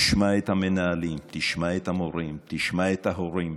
תשמע את המנהלים, תשמע את המורים, תשמע את ההורים.